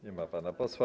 Nie ma pan posła.